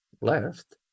left